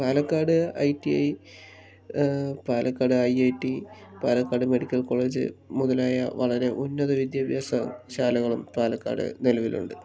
Palakkad I T I Palakkad I I T Palakkad medical college മുതലായ വളരെ ഉന്നത വിദ്യാഭ്യാസ ശാലകളും പാലക്കാട് നിലവിലുണ്ട്